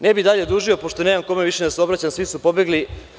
Ne bih dalje dužio, pošto nemam više kome da se obratim, svi su pobegli.